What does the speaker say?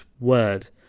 word